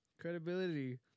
Credibility